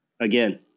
Again